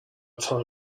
time